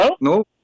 No